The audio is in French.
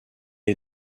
est